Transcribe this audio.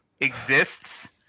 exists